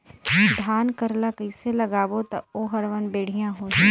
धान कर ला कइसे लगाबो ता ओहार मान बेडिया होही?